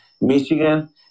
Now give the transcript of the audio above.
Michigan